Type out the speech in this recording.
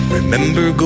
remember